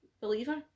Believer